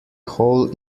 hole